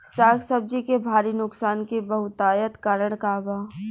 साग सब्जी के भारी नुकसान के बहुतायत कारण का बा?